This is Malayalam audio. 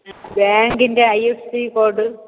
ബാങ്കിന്റെ I F S C code